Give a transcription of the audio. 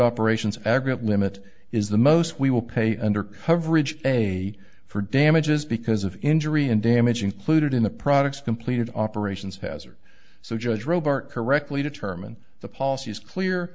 operations aggregate limit is the most we will pay under coverage a for damages because of injury and damage included in the products completed operations hazard so judge robert correctly determine the policy is clear